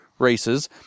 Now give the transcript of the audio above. Races